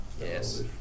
Yes